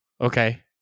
Okay